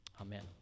Amen